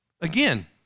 Again